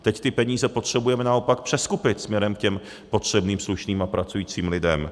Teď ty peníze potřebujeme naopak přeskupit směrem k potřebným, slušným a pracujícím lidem.